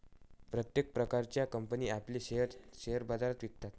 प्रत्येक प्रकारच्या कंपनी आपले शेअर्स शेअर बाजारात विकतात